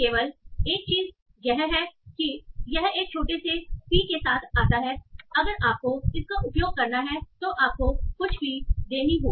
केवल एक चीज यह है कि यह एक छोटे से फी के साथ आता है अगर आपको इसका उपयोग करना है तो आपको कुछ फी देनी होगी